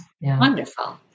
Wonderful